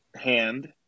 hand